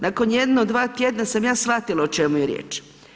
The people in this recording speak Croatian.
Nakon jedno 2 tjedna sam ja shvatila o čemu je riječ.